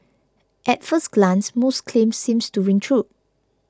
at first glance Musk's claim seems to ring true